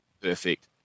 perfect